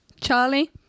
Charlie